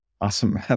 Awesome